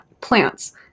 plants